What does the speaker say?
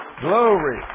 Glory